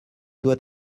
doit